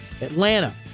Atlanta